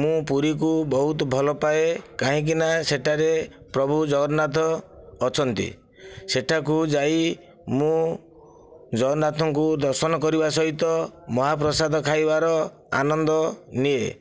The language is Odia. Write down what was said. ମୁଁ ପୁରୀକୁ ବହୁତ ଭଲ ପାଏ କାହିଁକିନା ସେଠାରେ ପ୍ରଭୁ ଜଗନ୍ନାଥ ଅଛନ୍ତି ସେଠାକୁ ଯାଇ ମୁଁ ଜଗନ୍ନାଥଙ୍କୁ ଦର୍ଶନ କରିବା ସହିତ ମହାପ୍ରସାଦ ଖାଇବାର ଆନ୍ଦନ ନିଏ